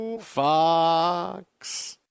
Fox